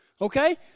Okay